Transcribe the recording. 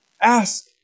Ask